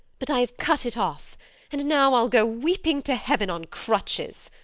but i have cut it off and now i ll go weeping to heaven on crutches.